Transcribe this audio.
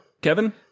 Kevin